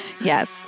Yes